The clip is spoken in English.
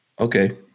okay